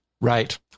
Right